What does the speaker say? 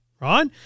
right